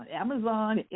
Amazon